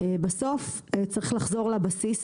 בסוף צריך לחזור לבסיס